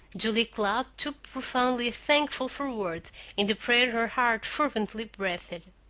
julia cloud too profoundly thankful for words in the prayer her heart fervently breathed.